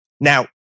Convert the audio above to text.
Now